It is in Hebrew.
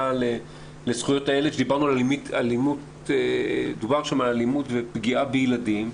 לזכויות הילד שדובר שם על אלימות ופגיעה בילדים,